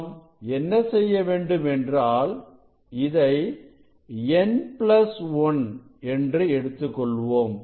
நாம் என்ன செய்ய வேண்டும் என்றாள் இதை n1 என்று எடுத்துக்கொள்வோம்